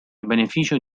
beneficio